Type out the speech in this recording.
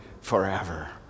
forever